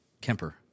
Kemper